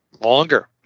longer